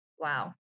wow